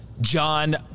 John